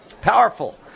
powerful